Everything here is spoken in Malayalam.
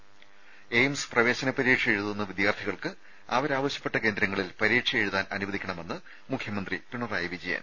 ത എയിംസ് പ്രവേശന പരീക്ഷയെഴുതുന്ന വിദ്യാർത്ഥികൾക്ക് അവർ പരീക്ഷ ആവശ്യപ്പെട്ട കേന്ദ്രങ്ങളിൽ എഴുതാൻ അനുവദിക്കണമെന്ന് മുഖ്യമന്ത്രി പിണറായി വിജയൻ